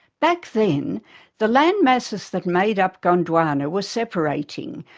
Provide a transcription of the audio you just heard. back then the land masses that made up gondwana were separating,